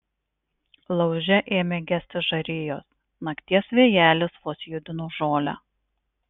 lauže ėmė gesti žarijos nakties vėjelis vos judino žolę